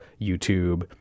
YouTube